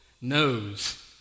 knows